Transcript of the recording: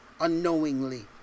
Unknowingly